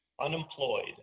unemployed